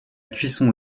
cuisson